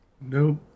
Nope